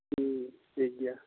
ᱦᱮᱸ ᱴᱷᱤᱠ ᱜᱮᱭᱟ